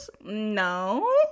No